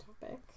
topic